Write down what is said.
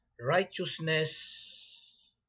righteousness